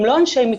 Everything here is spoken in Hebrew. הם לא אנשי מקצוע.